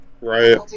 Right